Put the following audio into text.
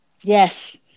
Yes